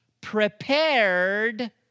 prepared